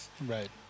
Right